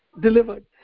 delivered